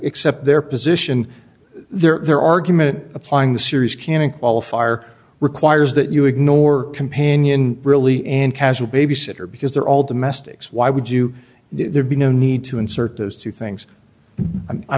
except their position their argument applying the series canning all far requires that you ignore companion really and casual babysitter because they're all domestics why would you there be no need to insert those two things i